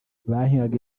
bahingaga